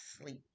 sleep